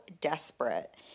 desperate